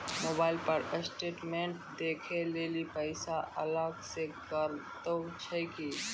Mobile पर statement देखे लेली पैसा अलग से कतो छै की?